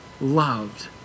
loved